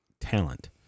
talent